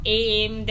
aim